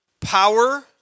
Power